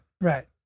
right